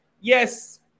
Yes